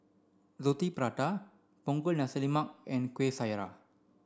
Roti Prata Punggol Nasi Lemak and Kueh Syara